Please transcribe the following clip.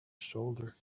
shoulder